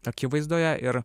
akivaizdoje ir